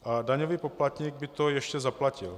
A daňový poplatník by to ještě zaplatil.